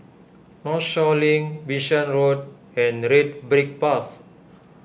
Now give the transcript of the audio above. Northshore Link Bishan Road and Red Brick Path